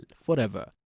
forever